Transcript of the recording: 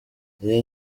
iyo